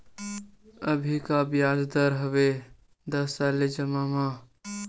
अभी का ब्याज दर हवे दस साल ले जमा मा?